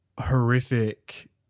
horrific